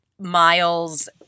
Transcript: miles